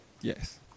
Yes